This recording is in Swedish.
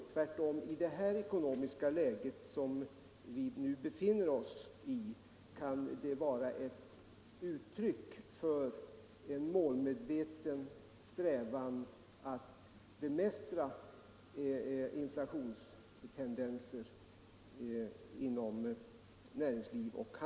Tvärtom, i det ekonomiska läge som vi nu befinner oss i är utskottsmajoritetens förslag ett uttryck för en målmedveten strävan att bemästra inflationstendenserna.